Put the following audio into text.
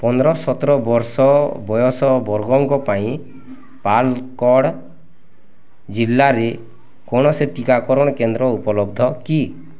ପନ୍ଦର ସତର ବର୍ଷ ବୟସ ବର୍ଗଙ୍କ ପାଇଁ ଜିଲ୍ଲାରେ କୌଣସି ଟିକାକରଣ କେନ୍ଦ୍ର ଉପଲବ୍ଧ କି